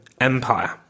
Empire